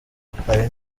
hari